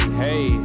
hey